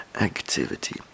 activity